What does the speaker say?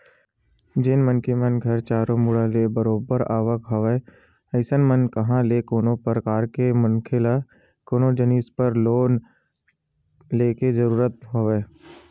जउन मनखे मन घर चारो मुड़ा ले बरोबर आवक हवय अइसन म कहाँ ले कोनो परकार के मनखे ल कोनो जिनिस बर लोन लेके जरुरत हवय